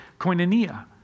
koinonia